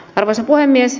arvoisa puhemies